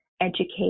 educate